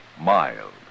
Mild